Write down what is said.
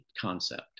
concept